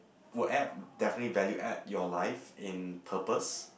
will add definitely value add your life in purpose